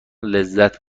لذت